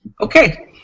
Okay